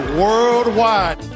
worldwide